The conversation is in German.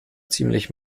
ziemlich